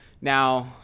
Now